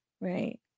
Right